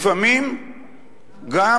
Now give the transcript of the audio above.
לפעמים גם